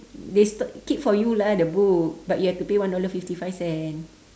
they st~ keep for you lah the book but you have to pay one dollar fifty five cent